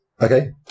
Okay